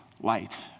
light